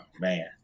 man